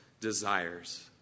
desires